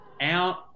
out